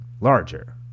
larger